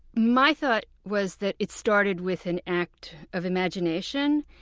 my thought was that it started with an act of imagination,